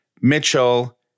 Mitchell